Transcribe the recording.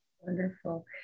Wonderful